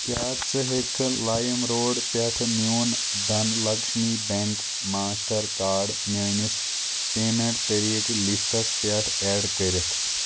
کیٛاہ ژٕ ہیٚکھٕ لایِم روڈ پٮ۪ٹھ میون Dhan Lakshmi bank Mastercard میٲنِس پیٚمنٹ طٔریٖقہٕ لِسٹَس پٮ۪ٹھ اٮ۪ڈ کٔرِتھ